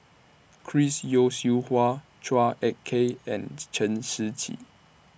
Chris Yeo Siew Hua Chua Ek Kay and Chen Shiji